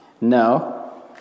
No